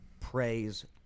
praise